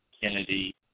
Kennedy